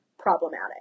problematic